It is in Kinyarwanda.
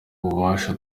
ububasha